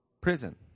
Prison